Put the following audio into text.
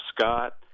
Scott